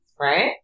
right